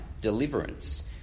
deliverance